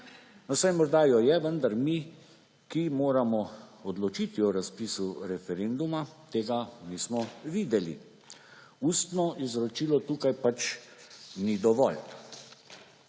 saj morda jo je, vendar mi, ki moramo odločiti o razpisu referenduma, tega nismo videli. Ustno izročilo tukaj pač ni dovolj.